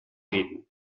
reden